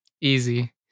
easy